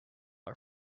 are